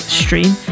stream